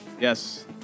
Yes